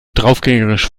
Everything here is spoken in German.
draufgängerisch